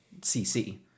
CC